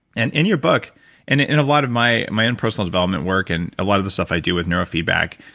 and in your book and in a lot of my my own personal development work and a lot of the stuff i do with neurofeedback,